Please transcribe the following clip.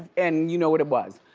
and you know what it was.